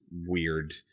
weird